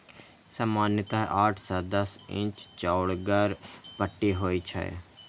सामान्यतः आठ सं दस इंच चौड़गर पट्टी होइ छै